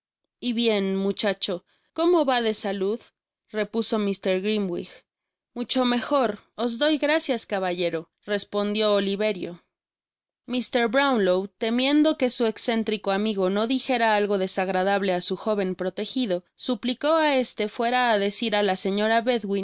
y bien muchacho como vade salud repuso mr grimwig í i w'i t i mucho mejor os doy gracias caballero respondió oliverio mr brownlow temiendo que su exéntrico amigo no dijera algo desagradable á su joven protegido suplicó á éste fuera á decir á la señora